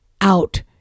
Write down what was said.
out